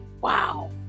Wow